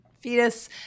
fetus